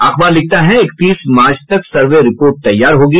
अखबार लिखता है इकतीस मार्च तक सर्वे रिपोर्ट तैयार होगी